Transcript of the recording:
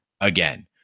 again